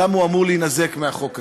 למה הוא אמור להינזק מהחוק הזה.